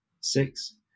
six